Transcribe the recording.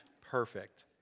Perfect